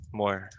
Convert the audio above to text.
more